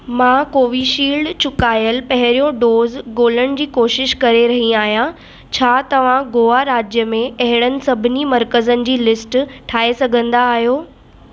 मां कोवीशील्ड चुकायलु पहिरियों डोज़ गोल्हण जी कोशिशि करे रही आहियां छा तव्हां गोवा राज्य में अहिड़नि सभिनी मर्कज़नि जी लिस्ट ठाहे सघंदा आहियो